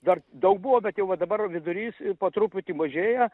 dar daug buvo bet jau va dabar vidurys po truputį mažėja